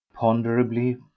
ponderably